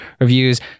reviews